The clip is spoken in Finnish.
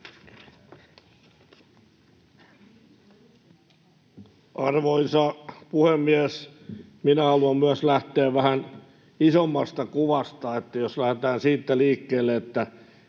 Arvoisa puhemies! Minä haluan myös lähteä vähän isommasta kuvasta, eli jos lähdetään siitä liikkeelle, mitä